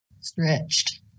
stretched